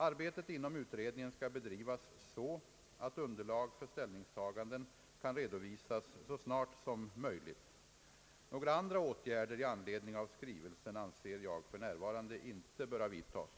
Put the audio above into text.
Arbetet inom utredningen skall bedrivas så att underlag för ställningstaganden kan redovisas så snart som möjligt. Några andra åtgärder i anledning av skrivelsen anser jag för närvarande inte böra vidtas.